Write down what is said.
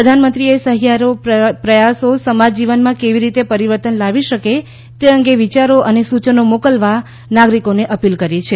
પ્રધાનમંત્રીએ સહિયારા પ્રયાસો સમાજ જીવનમાં કેવી રીતે પરિવર્તન લાવી શકે છે તે અંગે વિયારો અને સૂચનો મોકલવા નાગરિકોને અપીલ કરી છે